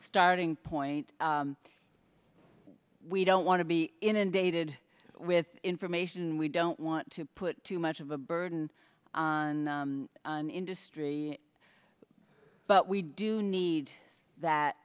starting point we don't want to be inundated with information we don't want to put too much of a burden on an industry but we do need that